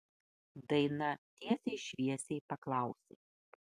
daina tiesiai šviesiai paklausė